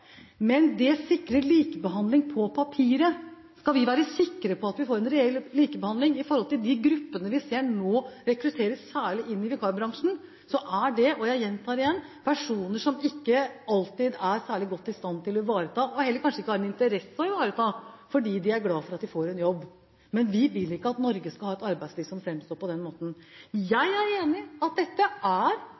Men det sikrer likebehandling på papiret. Vi må være sikre på at vi får en reell likebehandling av de gruppene vi nå ser rekrutteres særlig inn i vikarbransjen, for det er personer – jeg gjentar – som ikke alltid er særlig godt i stand til å ivareta seg selv, og kanskje heller ikke har interesse av å ivareta seg selv, fordi de er glad for å få en jobb. Men vi vil ikke at Norge skal ha et arbeidsliv som framstår på den måten. Jeg er enig i at dette er